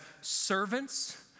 servants